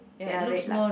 ya red lah